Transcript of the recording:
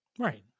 Right